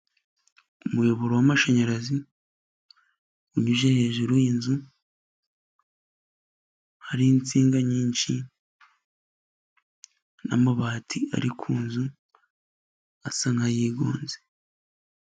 Umuyoboro w'amashanyarazi unyuze hejuru y'inzu, hari insinga nyinshi n'amabati ari ku nzu asa n'ayigunze.